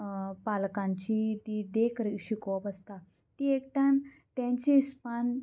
पालकांची ती देख शिकोवप आसता ती एक टायम तेंचे हिस्पान